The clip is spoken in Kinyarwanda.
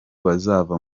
bazava